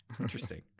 Interesting